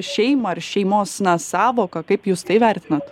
šeimą ar šeimos sąvoką kaip jūs tai vertinate